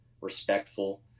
respectful